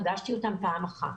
פגשתי אותם פעם אחת,